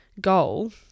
goal